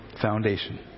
foundation